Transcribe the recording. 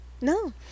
no